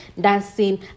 dancing